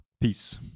Peace